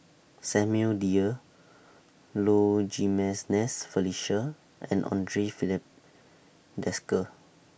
Samuel Dyer Low Jimenez Felicia and Andre Filipe Desker